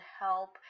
help